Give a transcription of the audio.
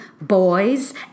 boys